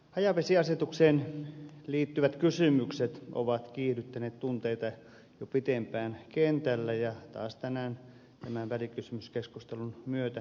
hajavesiasetukseen liittyvät kysymykset ovat kiihdyttäneet tunteita jo pitempään kentällä ja taas tänään tämän välikysymyskeskustelun myötä eduskunnassa